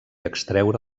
extreure